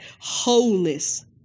wholeness